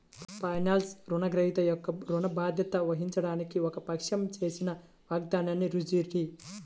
ఫైనాన్స్లో, రుణగ్రహీత యొక్క ఋణ బాధ్యత వహించడానికి ఒక పక్షం చేసిన వాగ్దానాన్నిజ్యూరిటీ